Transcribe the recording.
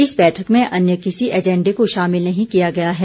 इस बैठक में अन्य किसी एजेंडे को शामिल नहीं किया गया है